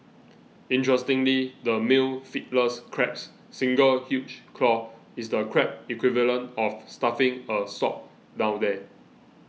interestingly the male Fiddlers Crab's single huge claw is the crab equivalent of stuffing a sock down there